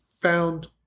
found